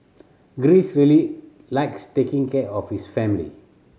Greece really likes taking care of his family